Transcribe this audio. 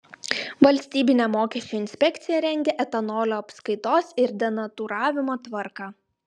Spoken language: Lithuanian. valstybinė mokesčių inspekcija rengią etanolio apskaitos ir denatūravimo tvarką